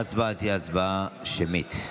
ההצבעה תהיה הצבעה שמית.